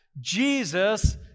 Jesus